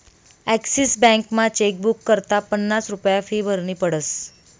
Axis बॅकमा chequebook करता पन्नास रुप्या फी भरनी पडस